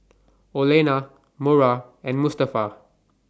Olena Mora and Mustafa